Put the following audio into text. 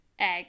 egg